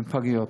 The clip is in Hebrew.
בפגיות.